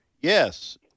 Yes